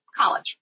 college